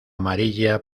amarilla